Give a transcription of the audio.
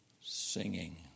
singing